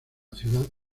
ciudad